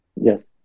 Yes